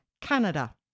Canada